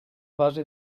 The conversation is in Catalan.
base